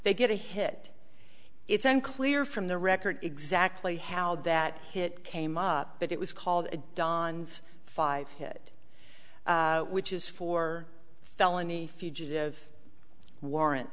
they get a hit it's unclear from the record exactly how that hit came up but it was called a don's five hit which is four felony fugitive warrant